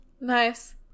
nice